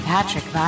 Patrick